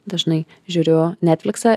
dažnai žiūriu netfliksą